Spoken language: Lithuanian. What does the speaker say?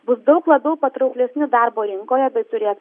bus daug labiau patrauklesni darbo rinkoje bei turės